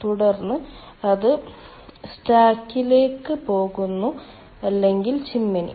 തുടർന്ന് അത് സ്റ്റാക്കിലേക്ക് പോകുന്നു അല്ലെങ്കിൽ ചിമ്മിനി